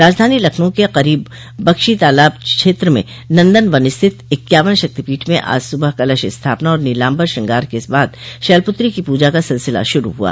राजधानी लखनऊ के क़रीब बख्शी तालाब क्षेत्र में नन्दन वन स्थित इक्यावन शक्तिपीठ में आज सुबह कलश स्थापना और नीलाम्बर श्रृंगार के बाद शैलपुत्री की पूजा का सिलसिला शुरू हुआ